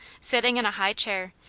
sitting in a high chair,